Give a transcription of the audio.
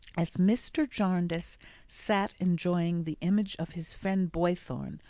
as mr. jarndyce sat enjoying the image of his friend boythorn,